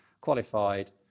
qualified